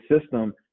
system